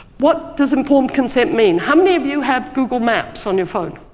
what does informed consent mean? how many of you have google maps on your phone?